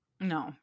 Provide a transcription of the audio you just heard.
No